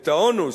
את האונוס,